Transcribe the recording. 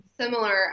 similar